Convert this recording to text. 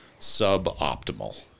suboptimal